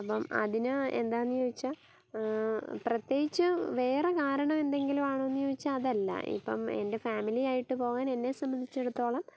അപ്പം അതിന് എന്താന്ന് ചോദിച്ചാൽ പ്രത്യേകിച്ച് വേറെ കാരണം എന്തെങ്കിലും ആണോന്ന് ചോദിച്ചാൽ അതല്ല ഇപ്പം എൻ്റെ ഫാമിലി ആയിട്ട് പോകാൻ എന്നെ സംബന്ധിച്ചിടത്തോളം